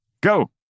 go